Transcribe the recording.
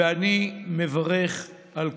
ואני מברך על כך.